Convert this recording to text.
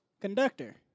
Conductor